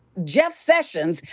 jeff sessions,